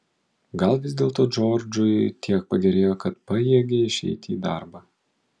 gal vis dėlto džordžui tiek pagerėjo kad pajėgė išeiti į darbą